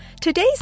Today's